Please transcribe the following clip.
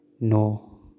No